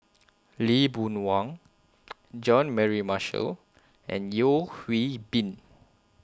Lee Boon Wang Jean Mary Marshall and Yeo Hwee Bin